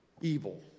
evil